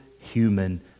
human